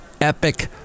epic